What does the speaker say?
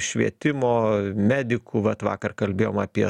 švietimo medikų vat vakar kalbėjom apie